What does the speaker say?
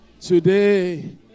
today